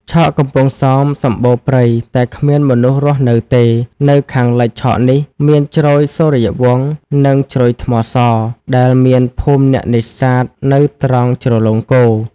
ឆកកំពង់សោម សំបូរព្រៃ តែគ្មានមនុស្សរស់នៅទេ នៅខាងលិច ឆកនេះ មានជ្រោយសូរីយ៍វង្ស និងជ្រោយថ្មស ដែលមានភូមិអ្នកនេសាទនៅត្រង់ ជ្រលងគោ ។